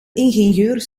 ingenieurs